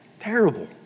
Terrible